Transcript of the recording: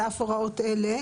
על אף הוראות אלה,